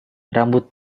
rambut